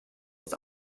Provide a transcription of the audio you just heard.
his